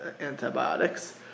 antibiotics